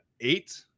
eight